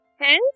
Hence